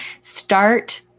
start